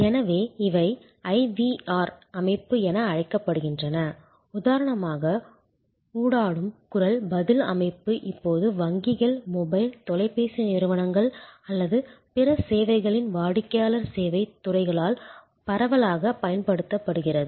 எனவே இவை IVR அமைப்பு என அழைக்கப்படுகின்றன உதாரணமாக ஊடாடும் குரல் பதில் அமைப்பு இப்போது வங்கிகள் மொபைல் தொலைபேசி நிறுவனங்கள் அல்லது பிற சேவைகளின் வாடிக்கையாளர் சேவைத் துறைகளால் பரவலாகப் பயன்படுத்தப்படுகிறது